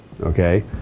okay